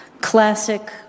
classic